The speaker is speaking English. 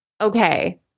Okay